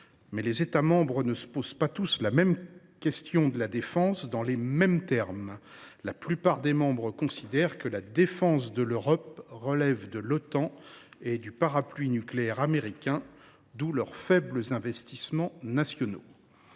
mais les États membres ne se posent pas tous la question de la défense dans les mêmes termes. La plupart considèrent que la défense de l’Europe relève de l’Otan et du parapluie nucléaire américain, d’où leurs faibles investissements nationaux.